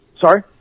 Sorry